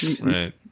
Right